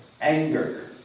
anger